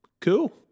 Cool